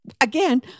Again